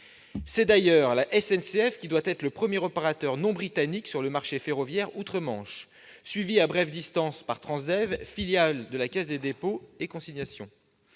! D'ailleurs, la SNCF doit être le premier opérateur non britannique sur le marché ferroviaire outre-Manche, suivie à brève distance par Transdev, filiale de la Caisse des dépôts et consignations,